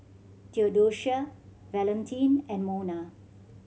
Theodocia Valentin and Mona